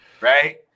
right